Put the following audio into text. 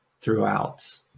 throughout